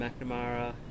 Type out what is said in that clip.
McNamara